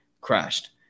crashed